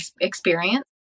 experience